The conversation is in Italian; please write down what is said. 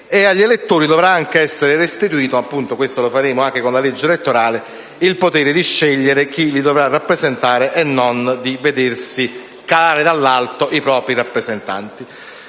Agli elettori dovrà essere anche restituito (lo faremo anche con la legge elettorale) il potere di scegliere chi li dovrà rappresentare e di non vedersi calare dall'alto i propri rappresentanti.